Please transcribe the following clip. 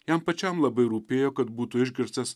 jam pačiam labai rūpėjo kad būtų išgirstas